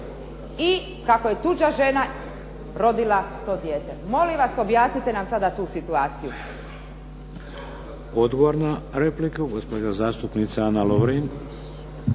i kako je tuđa žena rodila to dijete? Molim vas, objasnite nam sada tu situaciju? **Šeks, Vladimir (HDZ)** Odgovor na repliku, gospođa zastupnica Ana Lovrin.